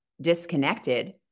disconnected